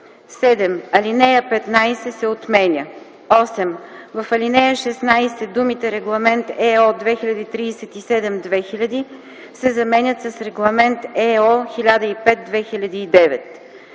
7. Алинея 15 се отменя. 8. В ал. 16 думите „Регламент /ЕО/ № 2037/2000” се заменят с „Регламент /ЕО/ № 1005/2009”.